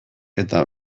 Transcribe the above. eta